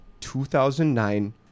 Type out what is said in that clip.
2009